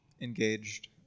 engaged